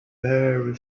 very